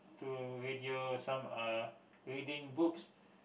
to radio some are reading books